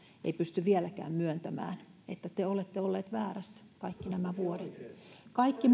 ei pysty vieläkään myöntämään että on ollut väärässä kaikki